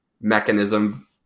mechanism